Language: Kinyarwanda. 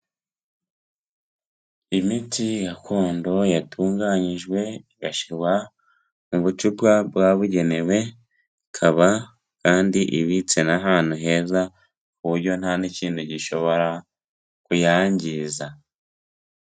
Imiti gakondo yatunganyijwe igashyirwa mu bucupa bwabugenewe, ikaba kandi ibitse na ahantu heza ku buryo nta n'ikintu gishobora kuyangiza.